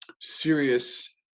serious